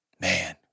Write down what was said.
Man